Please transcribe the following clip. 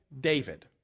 David